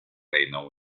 reino